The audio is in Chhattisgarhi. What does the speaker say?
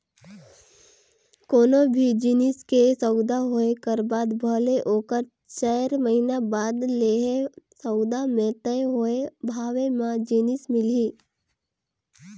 कोनो भी जिनिस के सउदा होए कर बाद भले ओहर चाएर महिना बाद लेहे, सउदा म तय होए भावे म जिनिस मिलही